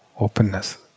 openness